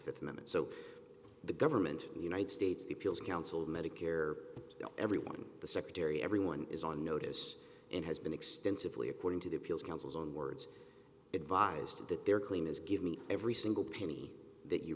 moment so the government the united states the appeals council medicare everyone the secretary everyone is on notice and has been extensively according to the appeals council's own words advised that their clean is give me every single penny that you